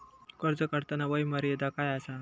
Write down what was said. कर्ज काढताना वय मर्यादा काय आसा?